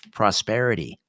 prosperity